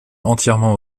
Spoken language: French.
entièrement